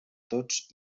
tots